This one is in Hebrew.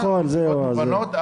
מסיבות מובנות,